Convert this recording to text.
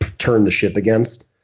turn the ship against,